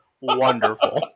Wonderful